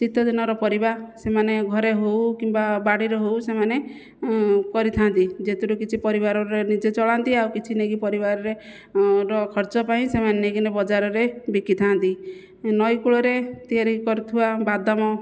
ଶୀତ ଦିନର ପରିବା ସେମାନେ ଘରେ ହେଉ କିମ୍ବା ବାଡ଼ିରେ ହେଉ ସେମାନେ କରିଥାନ୍ତି ଯେଉଁଥିରୁ କିଛି ପରିବାରରେ ନିଜେ ଚଳାନ୍ତି ଆଉ କିଛି ନେଇକି ପରିବାରରେ ର ଖର୍ଚ୍ଚ ପାଇଁ ସେମାନେ ନେଇକି ନା ବଜାରରେ ବିକିଥାନ୍ତି ନଈକୂଳରେ ତିଆରି କରୁଥିବା ବାଦାମ